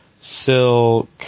Silk